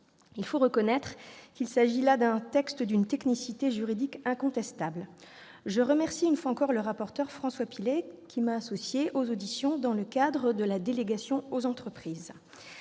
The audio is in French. Il faut reconnaître qu'il s'agit là d'un texte d'une technicité juridique incontestable. Aussi, je remercie une fois encore le rapporteur François Pillet, qui m'a associée aux auditions dans le cadre de la délégation aux entreprises.